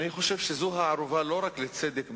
אני חושבת שזו מפלגת "אבודה".